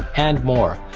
and more!